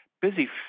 busy